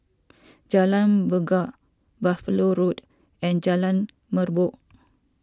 Jalan Bungar Buffalo Road and Jalan Merbok